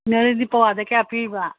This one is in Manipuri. ꯉꯥꯔꯤꯗꯤ ꯄꯋꯥꯗ ꯀꯌꯥ ꯄꯤꯔꯤꯕ